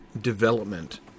development